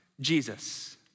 Jesus